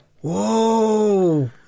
Whoa